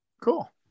Cool